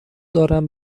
دارم